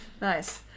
nice